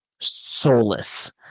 soulless